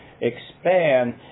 expand